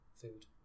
food